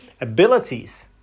abilities